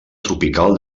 tropical